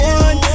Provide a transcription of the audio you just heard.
one